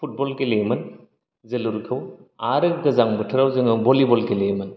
football गेलेयोमोन जोलुरखौ आरो गोजां बोथोराव जोङो बलिबल गेलेयोमोन